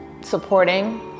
supporting